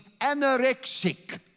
anorexic